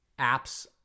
apps